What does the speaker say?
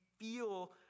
feel